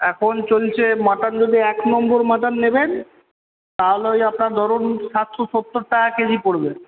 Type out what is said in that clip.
এখন চলছে মাটন যদি এক নম্বর মাটন নেবেন তাহলে ওই আপনার ধরুন সাতশো সত্তর টাকা কেজি পড়বে